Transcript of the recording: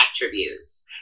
attributes